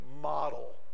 model